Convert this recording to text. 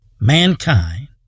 mankind